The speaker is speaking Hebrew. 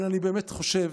אבל אני באמת חושב,